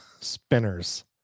spinners